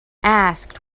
asked